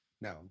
No